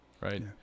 right